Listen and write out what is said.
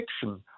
fiction